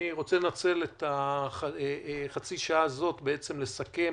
אני רוצה לנצל את חצי השעה הזאת כדי לסכם